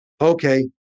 okay